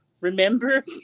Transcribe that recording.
remember